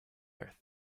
earth